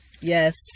yes